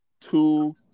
two